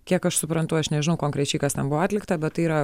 kiek aš suprantu aš nežinau konkrečiai kas ten buvo atlikta bet tai yra